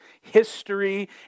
history